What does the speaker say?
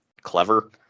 Clever